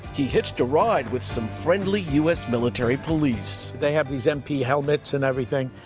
he hitched a ride with some friendly u s. military police. they have these mp helmets and everything.